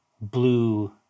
blue